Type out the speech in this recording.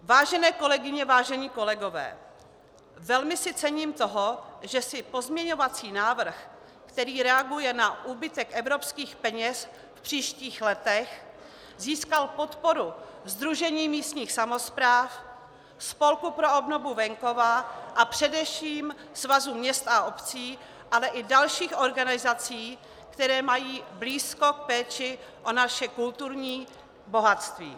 Vážené kolegyně, vážení kolegové, velmi si cením toho, že si pozměňovací návrh, který reaguje na úbytek evropských peněz v příštích letech, získal podporu Sdružení místních samospráv, Spolku pro obnovu venkova a především Svazu měst a obcí, ale i dalších organizací, které mají blízko k péči o naše kulturní bohatství.